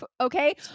Okay